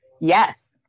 Yes